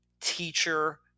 teacher